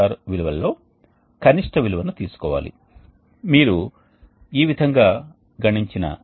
కాబట్టి మనం కూడా పొందుతాము మేము ఒక విధమైన సరళీకరణను చేయవచ్చు TH1 TS1 TH2 TS2 అంటే ఈ ముగింపు మరియు ఈ ముగింపు ∆T ఒకటే మేము ఇంతవరకు వివరించాలనుకున్నది అదే